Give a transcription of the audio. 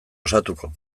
osatuko